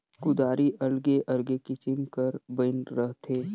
कुदारी अलगे अलगे किसिम कर बइन रहथे